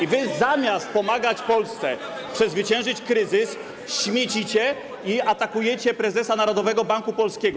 A wy zamiast pomagać Polsce przezwyciężyć kryzys, śmiecicie i atakujecie prezesa Narodowego Banku Polskiego.